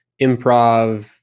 improv